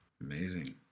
amazing